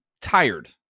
tired